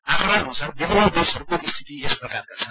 आकँड़ा अनुसार विभिन्न देशहरूको स्थिति यस प्राकारका छन्